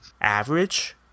average